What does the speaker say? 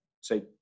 say